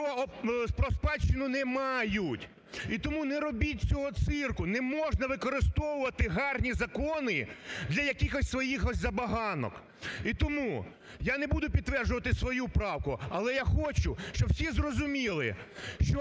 про спадщину не мають. І тому не робіть цього цирку, не можна використовувати гарні закони для якихсь своїх забаганок. І тому я не буду підтверджувати свою правку, але я хочу, щоб всі зрозуміли,